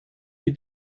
die